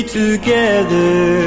together